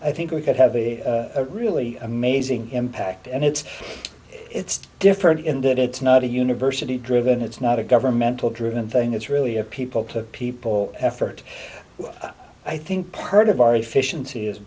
i think we could have a really amazing impact and it's it's different in that it's not a university driven it's not a governmental driven thing it's really a people to people effort i think part of our efficiency